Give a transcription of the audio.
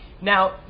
now